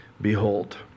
Behold